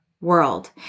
world